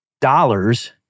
dollars